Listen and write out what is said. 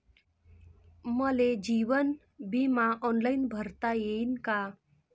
मले जीवन बिमा ऑनलाईन भरता येईन का?